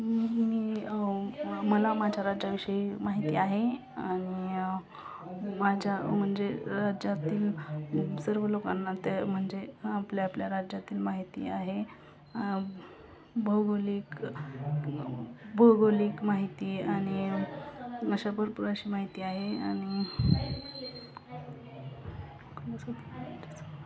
मी मला माझ्या राज्याविषयी माहिती आहे आणि माझ्या म्हणजे राज्यातील सर्व लोकांना त्या म्हणजे आपल्या आपल्या राज्यातील माहिती आहे भौगोलिक भौगोलिक माहिती आणि अशा भरपूर अशी माहिती आहे आणि